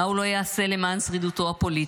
מה לא יעשה למען שרידותו הפוליטית.